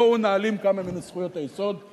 בואו נעלים כמה מזכויות היסוד,